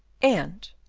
and,